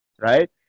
Right